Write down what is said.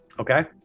okay